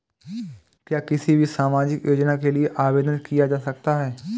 क्या किसी भी सामाजिक योजना के लिए आवेदन किया जा सकता है?